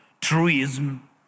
truism